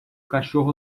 cachorro